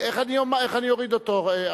איך אני אוריד אותו?